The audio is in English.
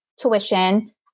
tuition